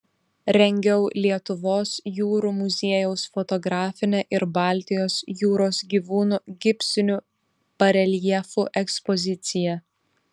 rengiau lietuvos jūrų muziejaus fotografinę ir baltijos jūros gyvūnų gipsinių bareljefų ekspoziciją